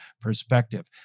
perspective